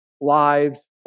lives